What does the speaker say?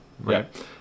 Right